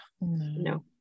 No